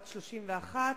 בת 31,